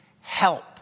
Help